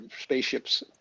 spaceships